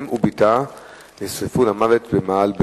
אם ובתה נשרפו למוות במאהל בדואי.